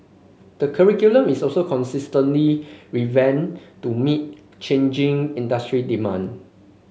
the curriculum is also constantly revamped to meet changing industry demand